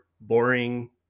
boring